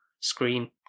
screen